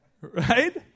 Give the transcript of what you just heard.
Right